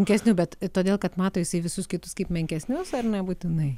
sunkesnių bet todėl kad mato jisai visus kitus kaip menkesnius ar nebūtinai